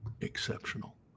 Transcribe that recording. exceptional